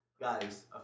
Guys